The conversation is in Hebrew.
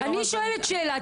אני שואלת שאלה,